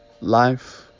Life